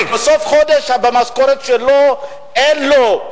בסוף החודש במשכורת שלו אין לו,